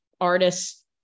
artists